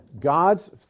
god's